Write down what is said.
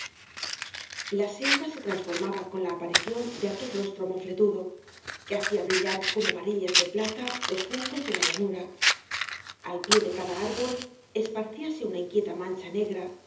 la selva be transformaba con la aparición de aquel rostro mcfletudo que hacía brillar como varillas de plata los juncos de la llanura al pie de cada árbol esparcíase una inquieta mancha negra